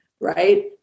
right